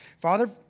Father